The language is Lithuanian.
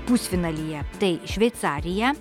pusfinalyje tai šveicarija